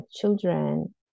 children